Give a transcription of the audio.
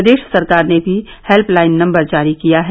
प्रदेश सरकार ने भी हेत्यलाइन नम्बर जारी किया है